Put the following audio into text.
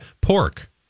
pork